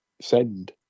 send